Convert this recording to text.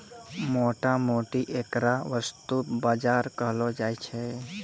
मोटा मोटी ऐकरा वस्तु बाजार कहलो जाय छै